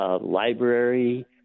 library